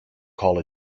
call